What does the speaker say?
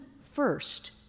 first